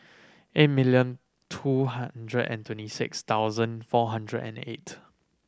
eight million two hundred and twenty six thousand four hundred and eight